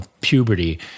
puberty